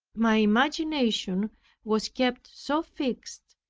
my imagination was kept so fixed,